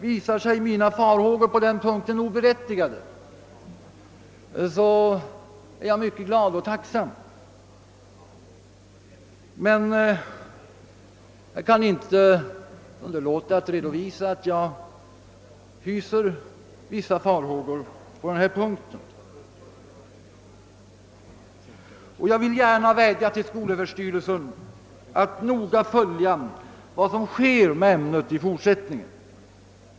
Visar sig mina farhågor på den punkten oberättigade, är jag mycket glad och tacksam, men jag kan inte underlåta att redovisa att jag hyser vissa farhågor. Jag vill därför vädja till skolöverstyrelsen att noga följa vad som sker med ämnet i fortsättningen.